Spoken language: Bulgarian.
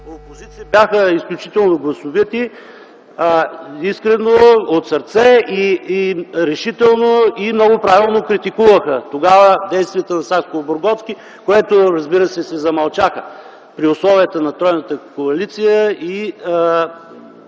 опозиция бяха изключително гласовити – искрено, от сърце, решително и много правилно критикуваха тогава действията на Сакскобургготски. Разбира се, замълчаха при условията на тройната коалиция и